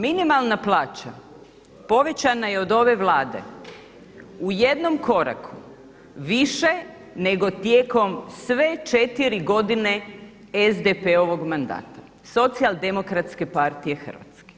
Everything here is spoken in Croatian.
Minimalna plaća povećana je od ove Vlade u jednom koraku više nego tijekom sve četiri godine SDP-ovog mandata, Socijaldemokratske partije Hrvatske.